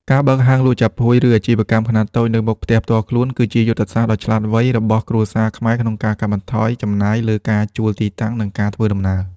ការបើកហាងលក់ចាប់ហួយ ឬអាជីវកម្មខ្នាតតូចនៅមុខផ្ទះផ្ទាល់ខ្លួន គឺជាយុទ្ធសាស្ត្រដ៏ឆ្លាតវៃរបស់គ្រួសារខ្មែរក្នុងការកាត់បន្ថយចំណាយលើការជួលទីតាំង និងការធ្វើដំណើរ។